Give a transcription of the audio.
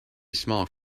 small